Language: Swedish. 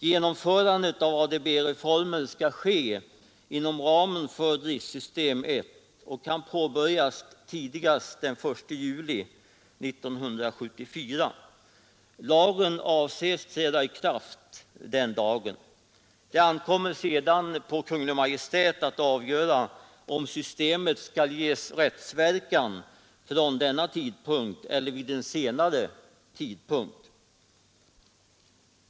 Genomförandet av ADB-reformer skall ske inom ramen för driftsystem 1 och kan påbörjas tidigast den 1 juli 1974. Lagen avses träda i kraft den dagen. Det ankommer sedan på Kungl. Maj:t att avgöra om systemet skall ges rättsverkan från denna tidpunkt eller vid senare tidpunkt.